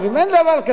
אין דבר כזה.